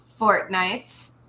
Fortnite